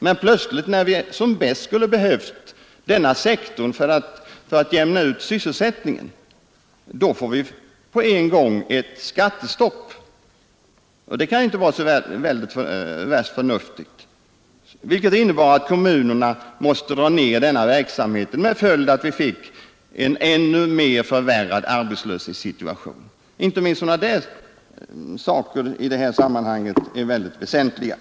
Men plötsligt, när vi som bäst skulle behöva den sektorn för att jämna ut sysselsättningen, fick vi ett skattestopp, och det var inte så värst förnuftigt. Det innebar att kommunerna måste inskränka denna verksamhet med följd att vi fick en ännu mer förvärrad arbetslöshetssituation. Inte minst sådana saker är mycket väsentliga i detta sammanhang.